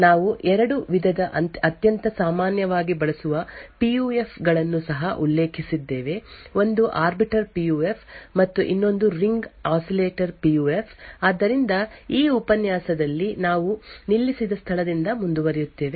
ನಾವು 2 ವಿಧದ ಅತ್ಯಂತ ಸಾಮಾನ್ಯವಾಗಿ ಬಳಸುವ ಪಿಯುಎಫ್ ಗಳನ್ನು ಸಹ ಉಲ್ಲೇಖಿಸಿದ್ದೇವೆ ಒಂದು ಆರ್ಬಿಟರ್ ಪಿಯುಎಫ್ ಮತ್ತು ಇನ್ನೊಂದು ರಿಂಗ್ ಆಸಿಲೇಟರ್ ಪಿಯುಎಫ್ ಆದ್ದರಿಂದ ಈ ಉಪನ್ಯಾಸದಲ್ಲಿ ನಾವು ನಿಲ್ಲಿಸಿದ ಸ್ಥಳದಿಂದ ಮುಂದುವರಿಯುತ್ತೇವೆ